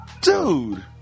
Dude